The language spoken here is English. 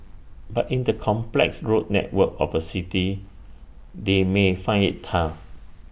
but in the complex road network of A city they may find IT tough